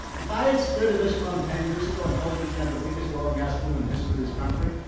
if i had stood in this room ten years ago and told you we're gonna have the biggest oil and gas boom in the history of this country,